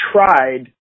tried